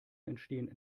entstehen